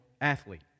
athlete